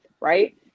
right